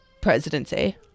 presidency